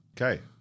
Okay